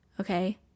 okay